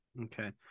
okay